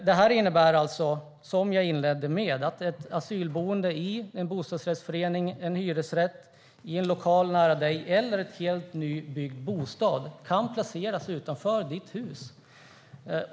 Det innebär, som jag inledde med, att ett asylboende i en bostadsrättsförening, i en hyresrätt, i en lokal nära dig eller i ett nybyggt hus kan placeras utanför ditt hus.